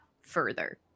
further